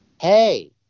hey